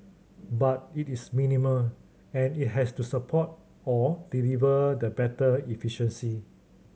but it is minimal and it has to support or deliver the better efficiency